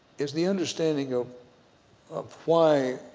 is the understanding of of why